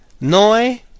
Noi